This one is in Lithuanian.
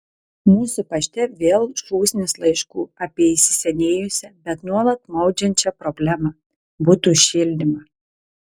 mūsų pašte vėl šūsnys laiškų apie įsisenėjusią bet nuolat maudžiančią problemą butų šildymą